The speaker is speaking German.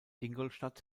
ingolstadt